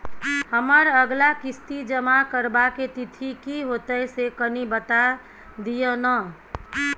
हमर अगला किस्ती जमा करबा के तिथि की होतै से कनी बता दिय न?